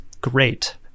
great